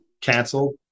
canceled